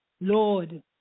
Lord